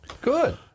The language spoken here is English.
good